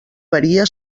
varia